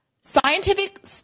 scientific